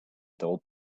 dull